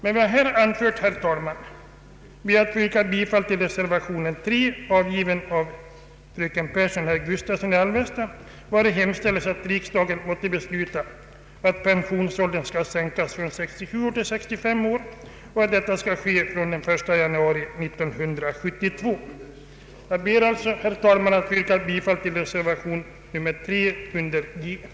Med vad jag här anfört ber jag att få yrka bifall till reservationen 3, avgiven av fröken Pehrsson och herr Gustavsson i Alvesta, vari hemställes att riksdagen måtte besluta att pensionsåldern skall sänkas från 67 till 65 år och att detta skall ske från och med den 1 januari 1972. Jag ber alltså, herr talman, att få yrka bifall till reservation 3 under punkt J.